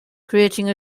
creating